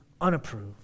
unapproved